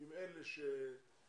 עם אלה שלמדו